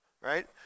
right